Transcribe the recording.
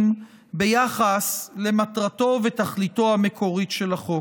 ביחס למטרתו ולתכליתו המקורית של החוק.